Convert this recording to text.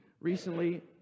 recently